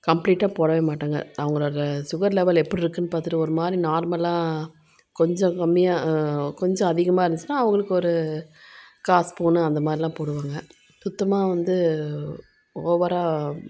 கம்ப்ளீட்டாக போடவே மாட்டேங்க அவங்களோட சுகர் லெவல் எப்படி இருக்குதுன்னு பார்த்துட்டு ஒரு மாதிரி நார்மலாக கொஞ்சம் கம்மியாக கொஞ்சம் அதிகமாக இருந்துச்சுனால் அவங்களுக்கு ஒரு கால் ஸ்பூனு அந்த மாதிரில்லாம் போடுவேங்க சுத்தமாக வந்து ஓவராக